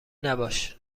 نباش